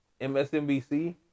MSNBC